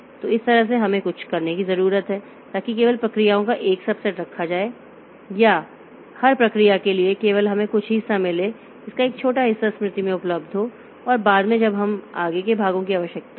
तो इस तरह से हमें कुछ करने की जरूरत है ताकि केवल प्रक्रियाओं का एक सबसेट रखा जाए या हर प्रक्रिया के लिए केवल हमें कुछ ही हिस्सा मिले इसका एक छोटा हिस्सा स्मृति में उपलब्ध हो और बाद में जब हमें आगे के भागों की आवश्यकता हो